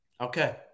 Okay